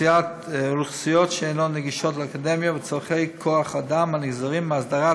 אוכלוסיות שאין להן גישה לאקדמיה וצורכי כוח אדם הנגזרים מהסדרת